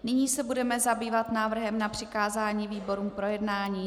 Nyní se budeme zabývat návrhem na přikázání výborům k projednání.